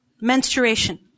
menstruation